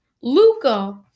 Luca